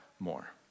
More